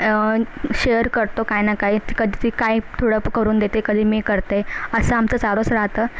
share करतो काही ना काही कधी ती काही थोडं करून देते कधी मी करते असं आमचं चालूच राहतं